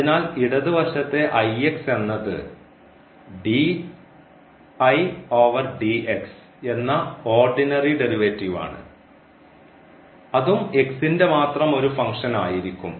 അതിനാൽ ഇടതുവശത്തെ എന്നത് എന്ന ഓർഡിനറി ഡെറിവേറ്റീവ് ആണ് അതും ന്റെ മാത്രം ഒരു ഫങ്ക്ഷൻ ആയിരിക്കും